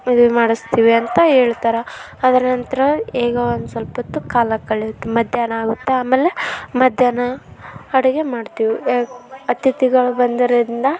ಮದ್ವೆ ಮಾಡಿಸ್ತೀವಿ ಅಂತ ಹೇಳ್ತಾರೆ ಅದರ ನಂತರ ಈಗ ಒಂದು ಸ್ವಲ್ಪ ಹೊತ್ತು ಕಾಲ ಕಳೆಯುತ್ತೆ ಮಧ್ಯಾಹ್ನ ಆಗುತ್ತೆ ಆಮೇಲೆ ಮಧ್ಯಾಹ್ನ ಅಡುಗೆ ಮಾಡ್ತೀವಿ ಅತಿಥಿಗಳು ಬಂದಿರೊದ್ರಿಂದ